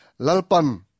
Lalpan